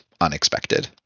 unexpected